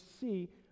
see